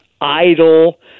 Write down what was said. idle